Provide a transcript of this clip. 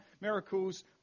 miracles